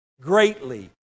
greatly